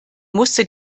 musste